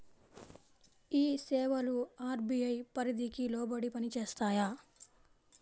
ఈ సేవలు అర్.బీ.ఐ పరిధికి లోబడి పని చేస్తాయా?